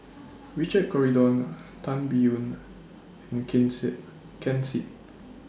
Richard Corridon Tan Biyun and King Seet Ken Seet